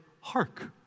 hark